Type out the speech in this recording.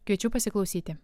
kviečiu pasiklausyti